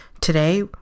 Today